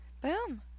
Boom